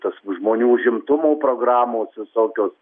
tos žmonių užimtumo programos visokios